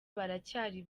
baracyari